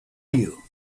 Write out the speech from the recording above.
you